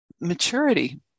maturity